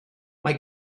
mae